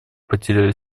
потеряли